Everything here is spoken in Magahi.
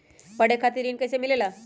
पढे खातीर ऋण कईसे मिले ला?